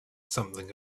something